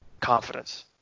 confidence